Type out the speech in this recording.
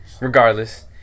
regardless